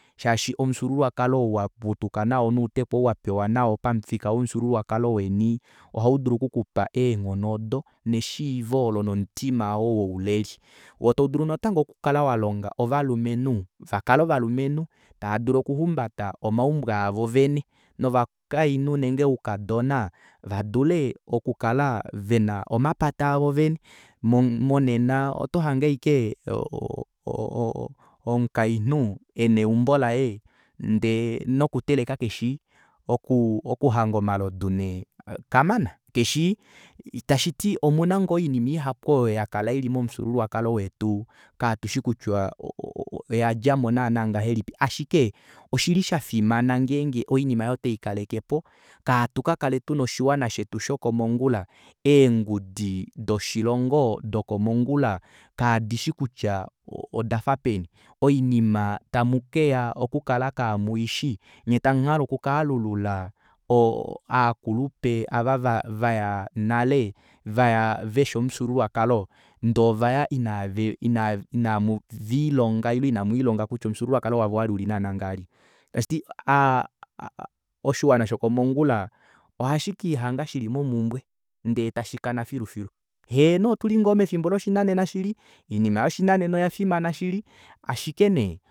Shaashi omufyuululwakalo ou waputuka nao nouteku ou wapewa nao pamufika womufyuululwakalo weni ohaudulu okukupa eenghono odo neshiio olo nomutima oo wouleli woo taudulu natango okukala walonga ovalumenhu vakale ovalumenhu taadulu okuhumbata omaumbo avo vene novakainhu nenge oukadona vadule okukala vena omapata avo vene monena oto hange ashike o- o- o- omukainhu ena eumbo laye ndee nokuteleka keshishi okuhanga omalodu nee kamana tashiti omuna ngoo oinima ihapu oyo yakala ili momufyuululwakalo wetu katushi kutya o- o- o oyadjamo naana ngahelipi ashike oshili shafimana ngeenge oinima aayo otweikalekepo kahatukakale tuna oshiwana shetu shokomongula eengudi doshilongo dokomongula kadishi kutya odafa peni oinima tamukeya okukala kamuishi nyee tamuhale oku kaalulula oo akulupe ava vaya nale vaya veshi omufyuululwakalo ndee ovaya inamuviilonga ile inamwiilonga kutya omufyuululwakalo wavo owali uli naana ngahelipi tashiti aa oshiwana shokomongula ohashikihanga shili momumbwe ndee tashikana filufilu heeno otuli ngoo mefimbo loshinanena shili oinima yoshinanena oyafimana shili ashike nee